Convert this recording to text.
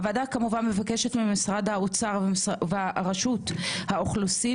הוועדה מבקשת ממשרד האוצר ומרשות האוכלוסין